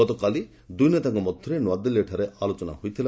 ଗତକାଲି ଦୁଇ ନେତାଙ୍କ ମଧ୍ୟରେ ନୂଆଦିଲ୍ଲୀରେ ଆଲୋଚନା ହୋଇଥିଲା